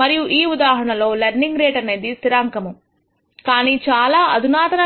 మరియు ఈ ఉదాహరణ లో లెర్నింగ్ రేట్ అనేది స్థిరాంకముకానీ చాలా అధునాతన